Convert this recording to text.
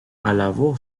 alabó